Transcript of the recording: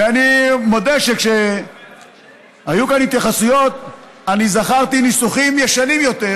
ואני מודה שכשהיו כאן התייחסויות אני זכרתי ניסוחים ישנים יותר,